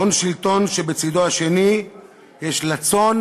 הון-שלטון, שבצדו השני יש לצון,